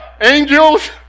angels